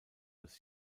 als